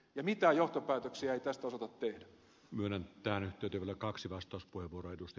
mitä johtopäätöksiä tästä utopia menettänyt tyytyminen kaksi kohti pohjaa